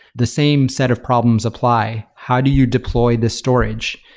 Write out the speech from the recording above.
the same set of problems apply. how do you deploy the storage?